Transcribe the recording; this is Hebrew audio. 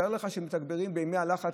תאר לך שמתגברים בימי הלחץ,